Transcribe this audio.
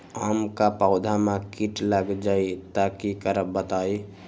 आम क पौधा म कीट लग जई त की करब बताई?